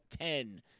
ten